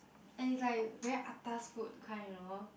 and it's like very atas food kind you know